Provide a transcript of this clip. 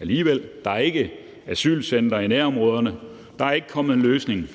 alligevel. Der er ikke asylcentre i nærområderne. Der er desværre heller ikke kommet en løsning